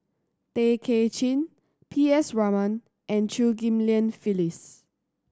Tay Kay Chin P S Raman and Chew Ghim Lian Phyllis